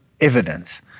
evidence